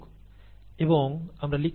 এবং আমরা লিখতে পারি dxdt μx